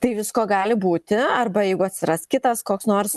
tai visko gali būti arba jeigu atsiras kitas koks nors